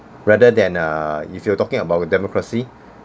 rather than err if you were talking about democracy